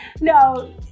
No